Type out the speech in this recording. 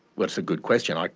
that's a good question. like